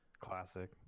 Classic